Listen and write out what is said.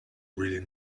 really